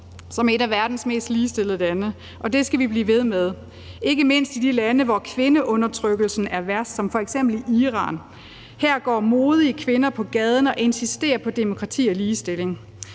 som et af verdens mest ligestillede lande, og det skal vi blive ved med – ikke mindst i de lande, hvor kvindeundertrykkelsen er værst som f.eks. i Iran. Her går modige kvinder på gaden og insisterer på demokrati og ligestilling.